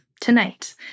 tonight